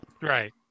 Right